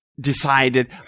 decided